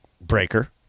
Breaker